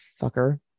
fucker